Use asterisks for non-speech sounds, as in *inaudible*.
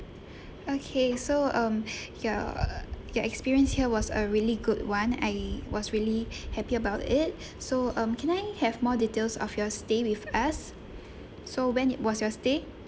*breath* okay so um *breath* ya your experience here was a really good [one] I was really *breath* happy about it *breath* so um can I have more details of your stay with us so when i~ was your stay